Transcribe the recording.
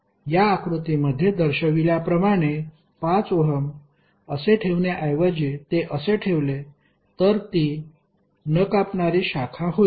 या आकृतीमध्ये दर्शविल्याप्रमाणे 5 ओहम असे ठेवण्याऐवजी ते असे ठेवले तर ती नकापणारी शाखा होईल